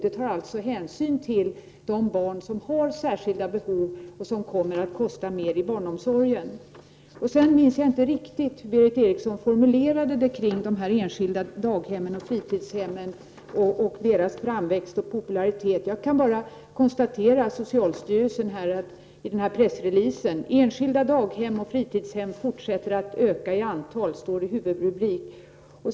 Man tar alltså hänsyn till de barn som har särskilda behov och som kommer att kosta mer i barnomsorgen. Jag minns inte riktigt hur Berith Eriksson formulerade sig kring de enskilda daghemmen och fritidshemmen och deras framväxt och popularitet. Jag kan bara konstatera vad socialstyrelsen säger i pressreleasen. Enskilda daghem och fritidshem fortsätter att öka i antal, står det i huvudrubriken.